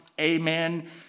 amen